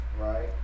right